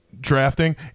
drafting